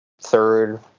third